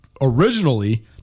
originally